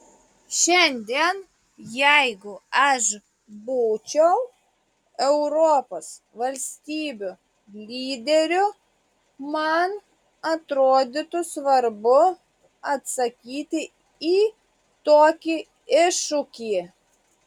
šiandien jeigu aš būčiau europos valstybių lyderiu man atrodytų svarbu atsakyti į tokį iššūkį